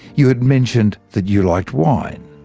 you had mentioned that you liked wine.